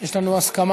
יש לנו הסכמה?